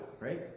right